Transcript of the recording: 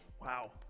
Wow